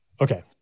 Okay